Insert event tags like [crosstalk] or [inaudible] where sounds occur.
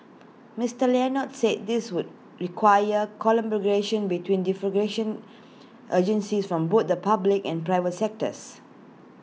Mister Leonard said this would require collaboration between differ [unintelligible] agencies from both the public and private sectors